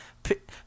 Pick